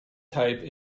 type